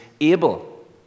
able